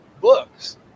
books